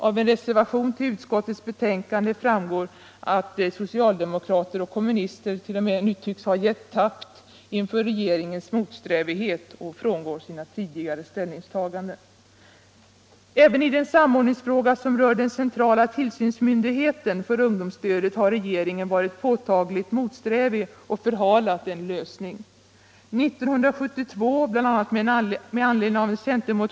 Av en reservation till utskottets betänkande framgår att socialdemokrater och kommunister 1. 0. m. nu tycks ha gett tappt inför regeringens motsträvighet och frångått sina tidigare ställningsiaganden.